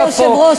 כבוד היושב-ראש,